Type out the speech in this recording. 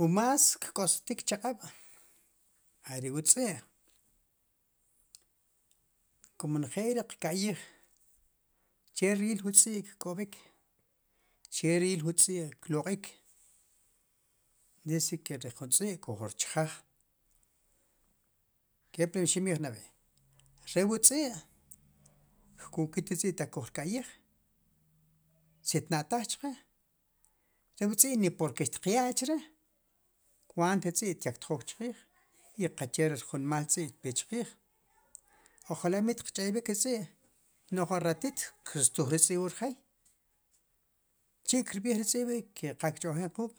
Wu mas kk'osk'tik chaqab' are' wu tz'i' kumo nejel ri qka'yij che ril wu tz'i' kk'ob'ik che ril wu tz'i' kloqik dice ke jun tz'i' kujrchjaj kepla miximb'ij nab'ey re wu tz'i' kku'kit ri tz'i' taq kujrka'yij si tnaq'taj chqe re wu tz'i' ni porque xtiqya' chre' kuant ri tz'i' tyaktjook chqiij i qache rjunmaal tz'i' tpe chqiij ojala' mitqch'eyb'ik ri tz'i' nu'j ju ratit kirstuj ri tz'i' wu rjeey che kirb'iij ri tz'i' ri' ke qa kch'ojnik quk'